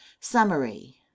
Summary